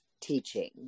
teaching